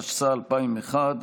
התשס"א 2001,